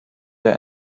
der